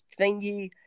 thingy